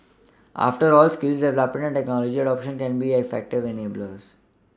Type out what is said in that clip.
after all skills development and technology adoption can be effective enablers